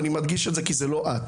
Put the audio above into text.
אני מדגיש את זה כי זה לא את.